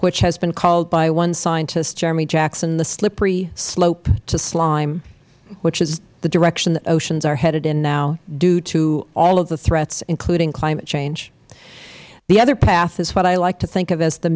which has been called by one scientist jeremy jackson the slippery slope to slime which is the direction that oceans are headed in now due to all of the threats including climate change the other path is what i like to think of as the